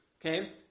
okay